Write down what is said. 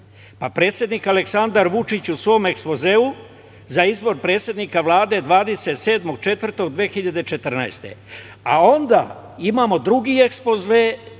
predsednik Aleksandar Vučić, u svom ekspozeu za izbor predsednika Vlade 27. aprila 2014. godine, a onda imamo drugi ekspoze,